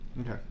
Okay